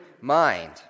mind